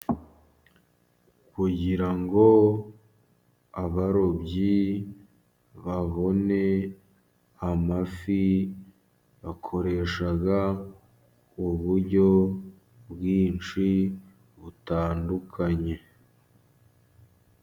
Kugira ngo abarobyi babone amafi, bakoresha uburyo bwinshi butandukanye.